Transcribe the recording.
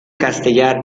castellar